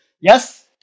Yes